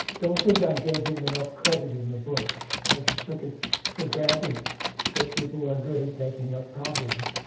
don't think i gave him enough credit in the book. that i just took it for granted that people are good at making up problems,